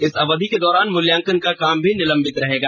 इस अवधि के दौरान मूल्यांकन का काम भी निलंबित रहेगा